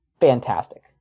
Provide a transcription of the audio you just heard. fantastic